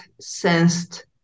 sensed